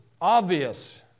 obvious